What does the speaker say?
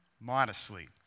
modestly